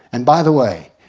and by the way,